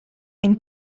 ein